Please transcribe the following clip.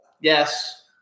Yes